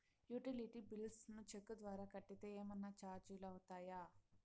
Utility bills ను cheque ద్వారా కట్టితే ఏమన్నా చార్జీలు అవుతాయా?